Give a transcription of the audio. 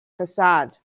facade